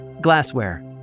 glassware